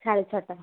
সাড়ে ছটা